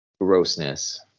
grossness